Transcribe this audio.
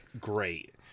great